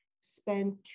spend